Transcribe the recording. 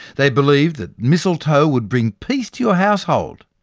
they believed that mistletoe would bring peace to your household,